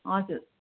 हजुर